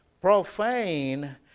profane